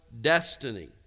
destiny